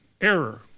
error